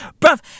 bruv